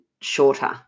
shorter